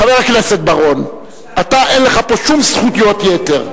חבר הכנסת בר-און, אין לך פה שום זכויות יתר.